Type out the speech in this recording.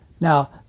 Now